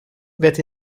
werd